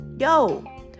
Yo